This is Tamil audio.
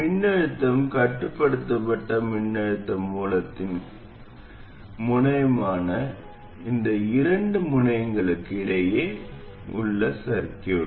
மின்னழுத்தம் கட்டுப்படுத்தப்பட்ட மின்னழுத்த மூலத்தின் கட்டுப்படுத்தும் முனையமான இந்த இரண்டு முனையங்களுக்கு இடையே உள்ள சர்கியூட்